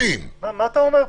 מה אתה אומר פה בעצם?